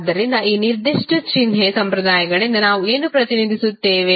ಆದ್ದರಿಂದ ಈ ನಿರ್ದಿಷ್ಟ ಚಿಹ್ನೆ ಸಂಪ್ರದಾಯಗಳಿಂದ ನಾವು ಏನು ಪ್ರತಿನಿಧಿಸುತ್ತೇವೆ